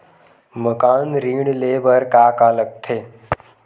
मकान ऋण ले बर का का लगथे?